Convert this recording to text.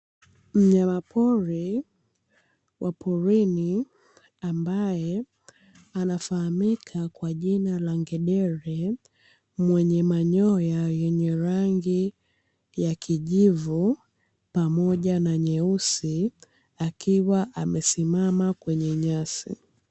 Mnyamapori wa porini ambaye anayefahamika kwa jina la ngedere mwenye manyoya yenye rangi ya kijivu pamoja na nyeusi akiwa amesimama kwenye nyasi.